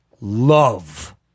love